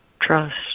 Trust